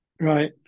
Right